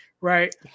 Right